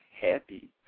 Happy